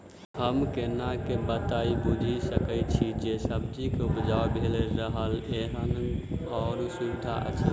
हम केना ए बात बुझी सकैत छी जे सब्जी जे उपजाउ भेल एहन ओ सुद्ध अछि?